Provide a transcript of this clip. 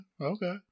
Okay